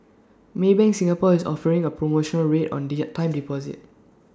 maybank Singapore is offering A promotional rate on the IT time deposits